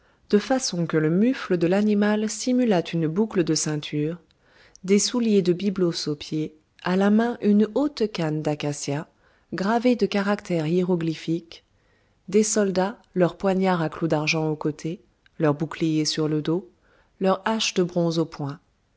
de façon que le mufle de l'animal simulât une boucle de ceinture des souliers de byblos aux pieds à la main une haute canne d'acacia gravée de caractères hiéroglyphiques des soldats leur poignard à clous d'argent au côté leur bouclier sur le dos leur hache de bronze au poing